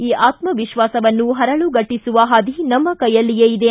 ಈ ಆತ್ಮ ವಿಶ್ವಾಸವನ್ನು ಹರಳುಗಟ್ಟಿಸುವ ಹಾದಿ ನಮ್ನ ಕೈಯಲ್ಲಿಯೇ ಇದೆ